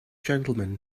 gentlemen